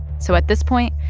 so at this point,